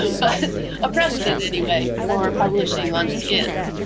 but a precedent, anyway, for publishing on skin.